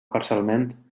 parcialment